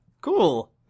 cool